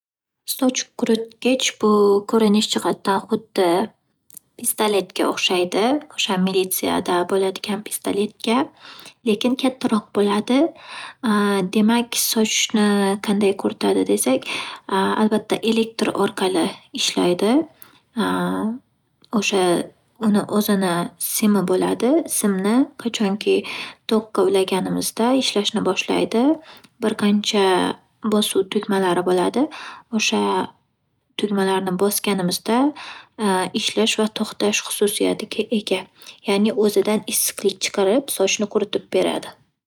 Soch quritgich bu-ko'rinish jihatdan huddi pistoletga o'xshaydi, o'sha militsiyada bo'ladigan pistoletga. Lekin kattaroq bo'ladi. Demak, sochni qanday quritadi desak, albatta, elektr orqali ishlaydi O'sha uni o'zini simi bo'ladi. Simni qachonki tokka ulaganimizda ishlashni boshlaydi. Bir qancha bosuv tugmalari bo'ladi. O'sha tugmalarni bosganimizda ishlash va tp'xtash xususiyatiga ega ya'ni o'zidan issiqlik chiqarib, sochni quritib beradi.